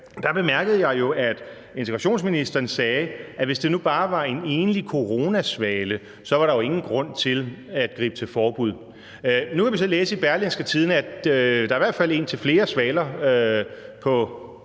at udlændinge- og integrationsministeren sagde, at hvis det nu bare var en enlig coronasvale, var der jo ingen grund til at gribe til forbud. Nu kan vi så læse i Berlingske, at der i hvert fald er indtil flere svaler på